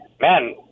man